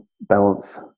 balance